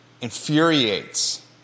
infuriates